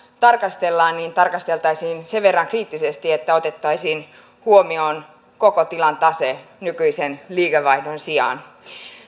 tarkastellaan niin tarkasteltaisiin sen verran kriittisesti että otettaisiin huomioon koko tilan tase nykyisen liikevaihdon sijaan